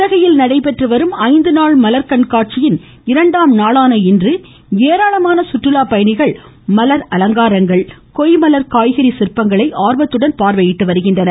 உதகையில் நடைபெற்று வரும் ஐந்து நாள் மலர்க்காட்சியின் இரண்டாம் நாளான இன்று ஏராளமான சுற்றுலாப் பயணிகள் மலர்அலங்காரங்கள் கொய் மலர் காய்கறி சிற்பங்களை ஆர்வத்துடன் பார்வையிட்டு வருகின்றனர்